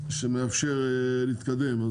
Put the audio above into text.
שמאפשר להתקדם,